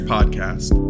Podcast